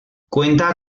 cuenta